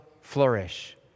flourish